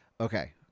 okay